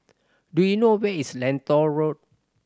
do you know where is Lentor Road